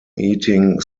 eating